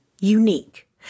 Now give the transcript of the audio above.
unique